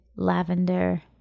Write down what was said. lavender